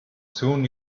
soon